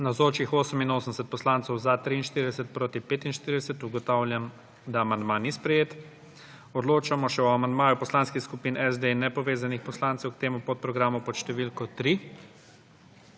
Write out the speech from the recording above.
45. (Za je glasovalo 43.)(Proti 45.) Ugotavljam, da amandma ni sprejet. Odločamo še o amandmaju poslanskih skupin SD in nepovezanih poslancev k temu podprogramu pod številko 3.